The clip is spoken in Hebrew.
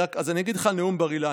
אז אני אגיד לך על נאום בר-אילן: